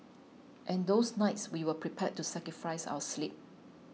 and those nights we were prepared to sacrifice our sleep